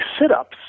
sit-ups